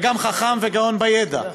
וגם חכם וגאון בידע,